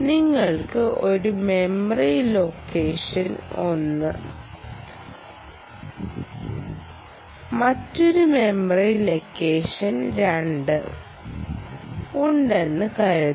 നിങ്ങൾക്ക് ഒരു memory location ഒന്ന് മറ്റൊരു മെമ്മറി ലൊക്കേഷൻ രണ്ട് ഉണ്ടെന്ന് കരുതുക